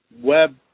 web